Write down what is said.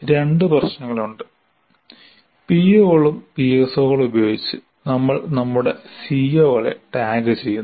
രണ്ട് പ്രശ്നങ്ങളുണ്ട് പിഒകളും പിഎസ്ഒകളും ഉപയോഗിച്ച് നമ്മൾ നമ്മുടെ സിഒകളെ ടാഗുചെയ്യുന്നു